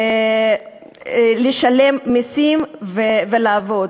לשלם מסים ולעבוד.